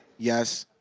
yes.